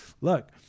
look